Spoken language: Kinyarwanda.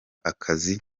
akazi